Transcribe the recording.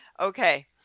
Okay